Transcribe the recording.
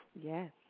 Yes